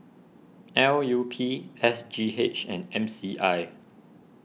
L U P S G H and M C I